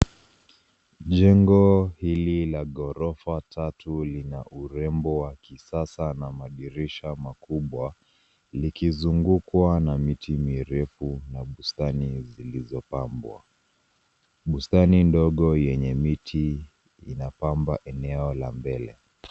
Jengo hili la ghorofa tatu lina urembo wa kisasa na madirisha makubwa, likizungukwa na miti mirefu na bustani zilizopambwa. Bustani ndogo yenye miti inapamba eneo la mbele.